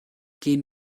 gehen